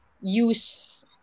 use